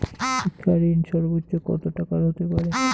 শিক্ষা ঋণ সর্বোচ্চ কত টাকার হতে পারে?